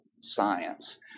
science